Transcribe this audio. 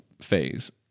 phase